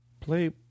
Play